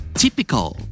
typical